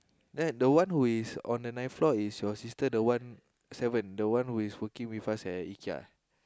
then the one who is on the ninth floor is your sister the one seven the one who is working with us at Ikea